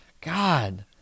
God